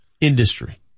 industry